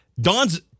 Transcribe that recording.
Dawn's